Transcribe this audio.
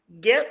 get